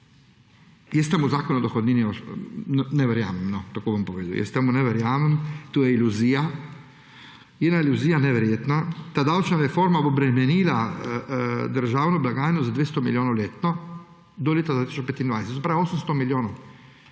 jaz temu zakonu o dohodnini ne verjamem, tako bom povedal. Jaz temu ne verjamem, to je iluzija in iluzija neverjetna. Ta davčna reforma bo bremenila državno blagajno za 200 milijonov letno do leta 2025. To se pravi 800 milijonov.